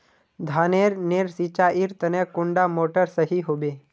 धानेर नेर सिंचाईर तने कुंडा मोटर सही होबे?